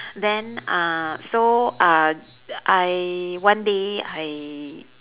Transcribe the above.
then uh so uh I one day I